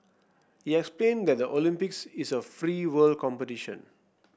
he explain that the Olympics is a free world competition